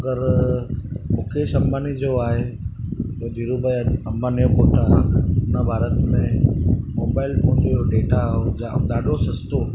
अगरि मुकेश अंबानी जो आहे त धीरू भाई अंबानी ओ पुटु आहे हुन भारत में मोबाइल फोन जो डेटा जाम ॾाढो सस्तो